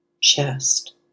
chest